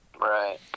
Right